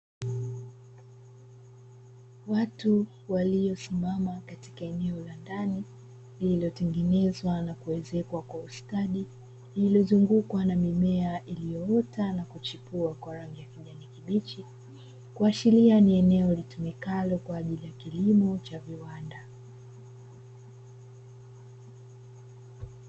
Watu waliosimama katika eneo la ndani, lililotengenezwa na kuezekwa kwa ustadi lililozungukwa na mimea iliyoota na kuchipua kwa rangi ya kijani kibichi. Kuashiria ni eneo litumikalo kwa ajili ya kilimo cha viwanda.